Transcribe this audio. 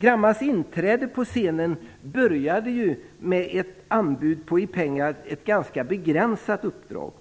Grammas inträde på scenen började ju med ett anbud som i pengar var ett ganska begränsat uppdrag.